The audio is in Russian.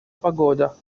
погода